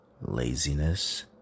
laziness